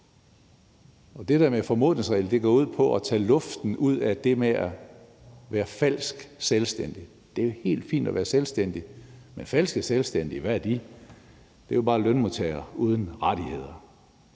Det der med formodningsregler går ud på at tage luften ud af det med at være falsk selvstændig. Det er helt fint at være selvstændig, men falske selvstændige, hvad er de? Det er jo bare lønmodtagere uden rettigheder.